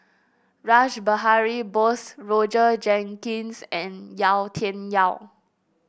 Rash Behari Bose Roger Jenkins and Yau Tian Yau